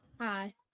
Hi